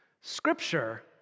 Scripture